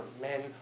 men